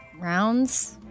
rounds